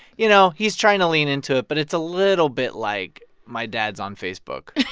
you know, he's trying to lean into it. but it's a little bit like my dad's on facebook,